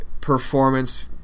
performance